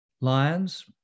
Lions